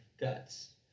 guts